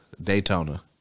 Daytona